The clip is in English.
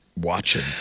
watching